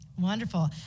Wonderful